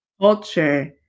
culture